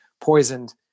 poisoned